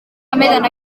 emeten